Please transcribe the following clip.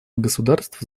государств